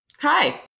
Hi